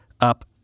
up